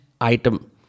item